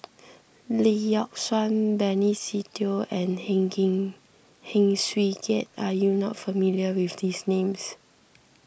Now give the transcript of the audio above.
Lee Yock Suan Benny Se Teo and Heng Heng Swee Keat are you not familiar with these names